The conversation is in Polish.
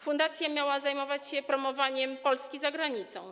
Fundacja miała zajmować się promowaniem Polski za granicą.